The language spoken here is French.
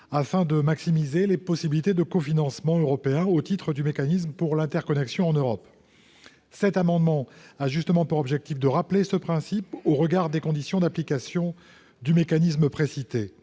afin de maximiser les possibilités de cofinancement européen au titre du mécanisme pour l'interconnexion en Europe. Cet amendement vise à rappeler ce principe, au regard des conditions d'application du mécanisme précité.